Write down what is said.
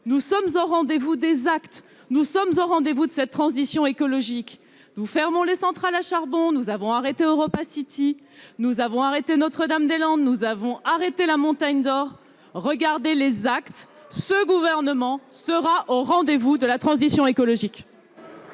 Nous sommes au rendez-vous des actes ; nous sommes au rendez-vous de cette transition écologique. Nous fermons les centrales à charbon ; nous avons mis fin aux projets EuropaCity, Notre-Dame-des-Landes et Montagne d'or. Regardez les actes ! Ce gouvernement sera au rendez-vous de la transition écologique.